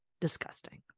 disgusting